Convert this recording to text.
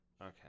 Okay